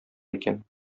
икән